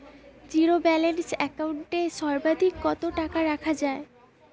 Zero balance account এ সর্বাধিক কত টাকা রাখা য়ায়?